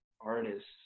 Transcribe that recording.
artists